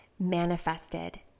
manifested